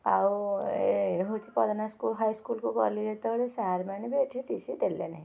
ଆଉ ଏ ହେଉଛି ପଦନା ସ୍କୁଲ୍ ହାଇସ୍କୁଲ୍କୁ ଗଲି ଯେତେବେଳ ସାର୍ ମାନେ ବି ଏଠି ଟି ସି ଦେଲେ ନାହିଁ